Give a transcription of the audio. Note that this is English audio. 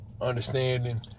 understanding